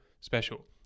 special